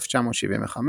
1975,